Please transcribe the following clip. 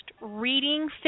reading